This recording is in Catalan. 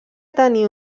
tenir